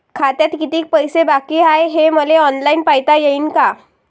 खात्यात कितीक पैसे बाकी हाय हे मले ऑनलाईन पायता येईन का?